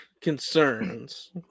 concerns